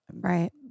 Right